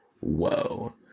Whoa